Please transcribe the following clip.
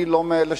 אני לא מאלה